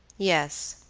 yes,